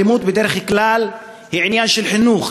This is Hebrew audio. האלימות בדרך כלל היא עניין של חינוך,